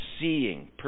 seeing